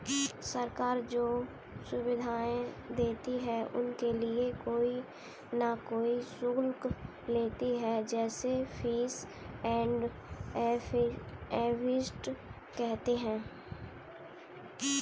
सरकार जो सुविधाएं देती है उनके लिए कोई न कोई शुल्क लेती है जिसे फीस एंड इफेक्टिव कहते हैं